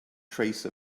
trace